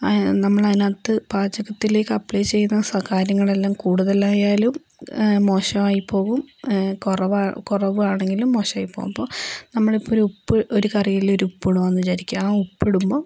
നമ്മളതിനകത്ത് പാചകത്തിലേക്ക് അപ്ലൈ ചെയ്യുന്ന കാര്യങ്ങളെല്ലാം കൂടുതലായാലും മോശമായിപ്പോവും കുറവാണെങ്കിലും മോശമായിപ്പോവും അപ്പോൾ നമ്മളിപ്പോൾ ഒരു ഉപ്പ് ഒരു കറിയിൽ ഒരു ഉപ്പ് ഇടുകയാണെന്ന് വിചാരിക്കുക ആ ഉപ്പ് ഇടുമ്പം